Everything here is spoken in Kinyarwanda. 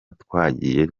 twagiye